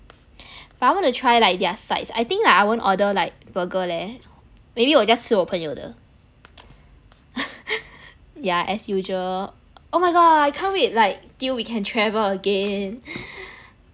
but I want to try like their sides I think like I won't order like burger leh maybe 我 just 吃我朋友的 yeah as usual oh my god I can't wait like till we can travel again